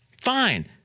Fine